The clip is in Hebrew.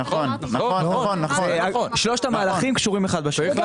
נכון, שלושת המהלכים קשורים האחד בשני.